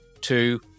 two